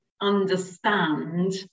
understand